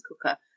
cooker